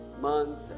month